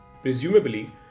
Presumably